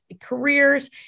careers